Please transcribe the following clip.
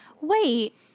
Wait